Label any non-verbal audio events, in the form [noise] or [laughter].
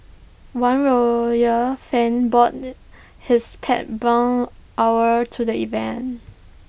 one royal fan bought [noise] his pet barn our to the event